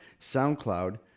soundcloud